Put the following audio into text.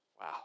Wow